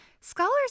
Scholars